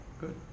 Good